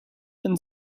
and